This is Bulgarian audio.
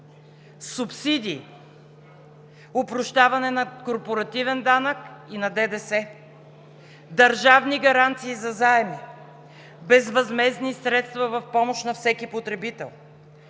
субсидии, опрощаване на корпоративен данък и на ДДС, държавни гаранции за заеми, безвъзмездни средства в помощ на всеки потребител,